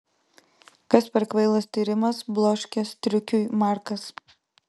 kas per kvailas tyrimas bloškė striukiui markas